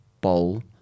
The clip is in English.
bowl